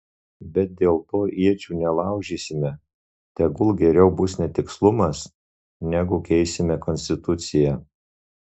bet dėl to iečių nelaužysime tegul geriau bus netikslumas negu keisime konstituciją